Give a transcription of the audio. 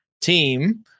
team